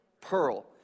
Pearl